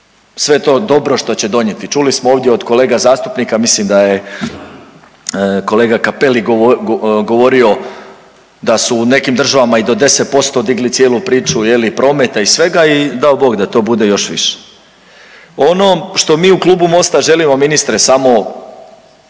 sve to dobro što će donijeti. Čuli smo ovdje od kolega zastupnika, mislim da je kolega Cappelli govorio da su u nekim državama i do 10% digli cijelu priču je li prometa i svega i dao bog da to bude još više. Ono što mi u klubu MOST-a želimo ministre samo